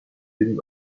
even